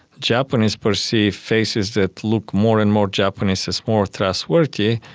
japanese perceive faces that look more and more japanese as more trustworthy,